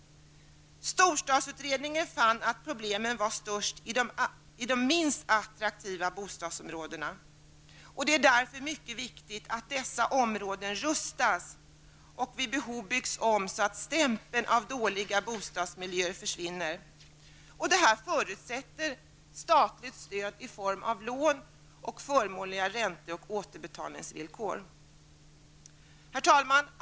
Storstadsutredningen fann att problemen var störst i de minst attraktiva bostadsområdena. Det är därför mycket viktigt att dessa områden rustas och vid behov byggs om, så att stämpeln av dåliga bostadsmiljöer försvinner. Detta förutsätter statligt stöd i form av lån med förmånliga ränte och återbetalningsvillkor. Herr talman!